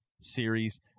series